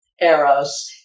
eros